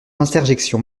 interjections